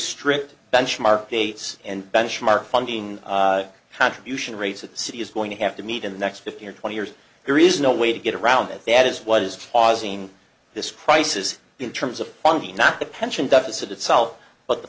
strict benchmark dates and benchmark funding contribution rates that the city is going to have to meet in the next fifteen or twenty years there is no way to get around it that is what is causing this prices in terms of funky not the pension deficit itself but the